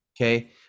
Okay